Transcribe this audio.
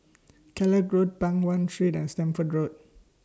Kellock Road Peng Nguan Street and Stamford Road